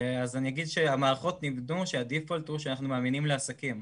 אז אני אגיד שהמערכות נבנו שהדיפולט הוא שאנחנו מאמינים לעסקים.